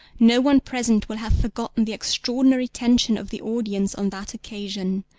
no one present will have forgotten the extraordinary tension of the audience on that occasion,